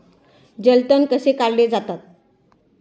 जलतण कसे काढले जातात?